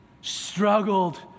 struggled